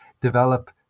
develop